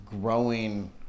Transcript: growing